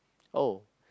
oh